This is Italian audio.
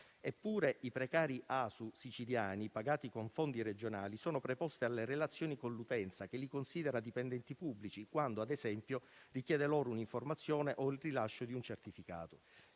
Eppure i precari ASU siciliani, pagati con fondi regionali, sono preposti alle relazioni con l’utenza che li considera dipendenti pubblici quando, ad esempio, richiede loro un’informazione o il rilascio di un certificato.